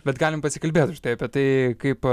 bet galim pasikalbėt užtai apie tai kaip